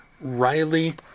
Riley